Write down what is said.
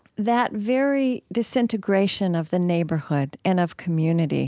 that very disintegration of the neighborhood and of community